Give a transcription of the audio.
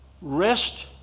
Rest